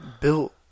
built